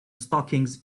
stockings